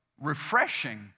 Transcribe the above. refreshing